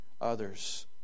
others